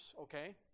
okay